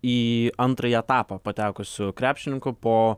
į antrąjį etapą patekusių krepšininkų po